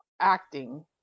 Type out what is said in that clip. acting